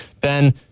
Ben